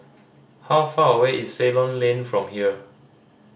how far away is Ceylon Lane from here